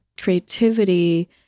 creativity